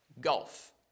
golf